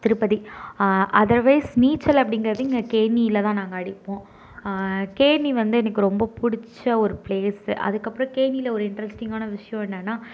Tirupati otherwise நீச்சல் அப்படிங்கிறது இங்கே கேணியில்தான் நாங்கள் அடிப்போம் கேணி வந்து எனக்கு ரொம்ப பிடிச்ச ஒரு பிளேஸ் அதுக்கப்புறம் கேணியில் ஒரு இன்ட்ரெஸ்டிங்கான விஷயம் என்னன்னால்